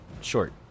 short